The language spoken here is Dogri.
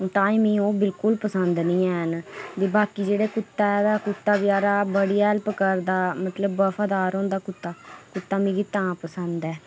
तां ई मिगी ओह् बिल्कुल बी पसंद निं हैन बाकी जेह्ड़ा कुत्ता ते कुत्ता बचैरा बड़ी हैल्प करदा मतलब वफादार होंदा कुत्ता कुत्ता मिगी तां पसंद ऐ